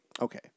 Okay